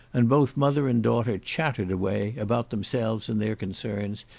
and both mother and daughter chattered away, about themselves and their concerns,